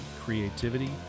creativity